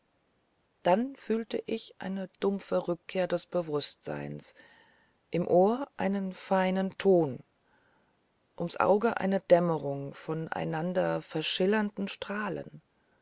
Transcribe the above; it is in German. dann fühlte ich eine dumpfe rückkehr des bewußtseins im ohr einen fernen ton um's auge eine dämmerung von in einander verschillernden strahlen